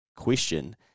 Question